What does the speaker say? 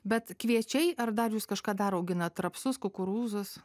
bet kviečiai ar dar jūs kažką dar auginant rapsus kukurūzus